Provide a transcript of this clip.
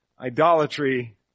idolatry